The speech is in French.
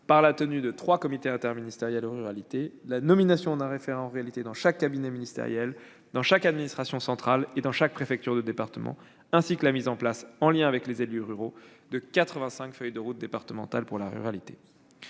avec la tenue de trois comités interministériels aux ruralités, la nomination d'un référent ruralité dans chaque cabinet ministériel, dans chaque administration centrale et dans chaque préfecture de département, ainsi que la mise en place, en lien avec les élus ruraux, de 85 feuilles de route départementales pour la ruralité.